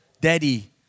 Daddy